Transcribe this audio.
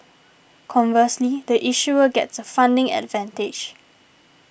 conversely the issuer gets a funding advantage